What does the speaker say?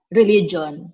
religion